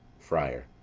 friar.